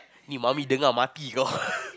mummy mati